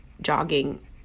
jogging